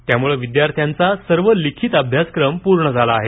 त्यामुळे विद्यार्थ्याचा सर्व लिखीत अभ्यासक्रम पूर्ण झाला आहे